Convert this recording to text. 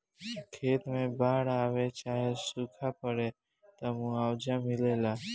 खेत मे बाड़ आवे चाहे सूखा पड़े, त मुआवजा मिलेला